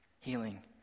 healing